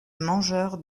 mangeurs